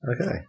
Okay